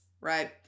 right